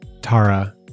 Tara